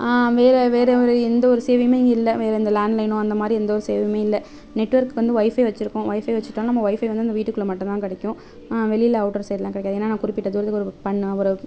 வேற வேற ஒரு எந்த ஒரு சேவையும் இங்கே இல்லை வேற இந்த லேண்ட்லைனோ அந்தமாதிரி எந்த ஒரு சேவையும் இல்லை நெட்ஒர்க் வந்து ஒய்ஃபை வெச்சுருக்கோம் ஒய்ஃபை வெச்சிட்டாலும் நம்ம ஒய்ஃபை வந்து அந்த வீட்டுக்குள்ளே மட்டும்தான் கிடைக்கும் வெளியில் அவுட்டர் சைடுலாம் கிடைக்காது ஏன்னா நான் குறிப்பிட்ட தூரத்துக்கு ஒரு புக் பண்ணா ஒரு